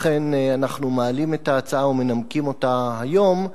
לכן אנחנו מעלים את ההצעה ומנמקים אותה היום,